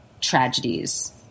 tragedies